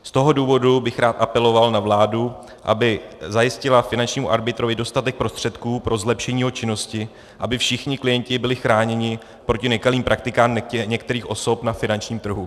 Z toho důvodu bych rád apeloval na vládu, aby zajistila finančnímu arbitrovi dostatek prostředků pro zlepšení jeho činnosti, aby všichni klienti byli chráněni proti nekalým praktikám některých osob na finančním trhu.